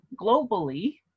globally